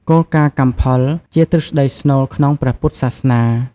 គោលការណ៍កម្មផល ជាទ្រឹស្ដីស្នូលក្នុងព្រះពុទ្ធសាសនា។